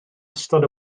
ystod